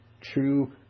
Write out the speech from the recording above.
true